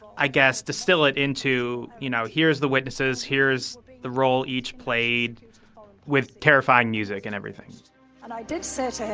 i guess, distill it into, you know, here's the witnesses. here's the role each played with terrifying music and everything and i did say to him,